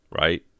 right